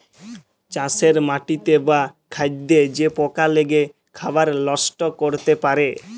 চাষের মাটিতে বা খাদ্যে যে পকা লেগে খাবার লষ্ট ক্যরতে পারে